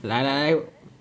来来